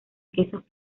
quesos